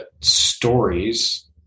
stories